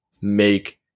make